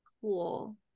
cool